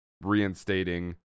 reinstating